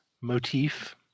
motif